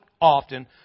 often